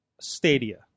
Stadia